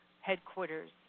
headquarters